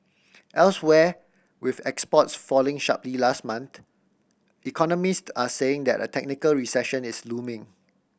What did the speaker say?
elsewhere with exports falling sharply last month economist are saying that a technical recession is looming